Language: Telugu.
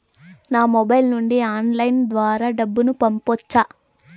నా మొబైల్ నుండి ఆన్లైన్ ద్వారా డబ్బును పంపొచ్చా